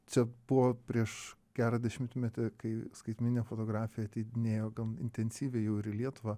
čia buvo prieš gerą dešimtmetį kai skaitmeninė fotografija ateidinėjo gan intensyviai jau ir į lietuvą